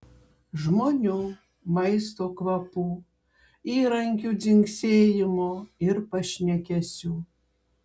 žmonių maisto kvapų įrankių dzingsėjimo ir pašnekesių